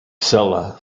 silla